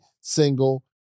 single